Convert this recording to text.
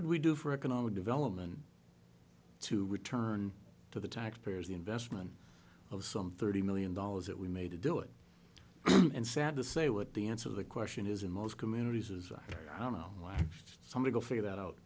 did we do for economic development to return to the taxpayer is the investment of some thirty million dollars that we made to do it and sad to say what the answer the question is in most communities is i don't know why some to go figure that out